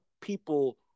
people